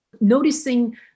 Noticing